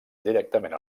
directament